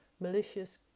malicious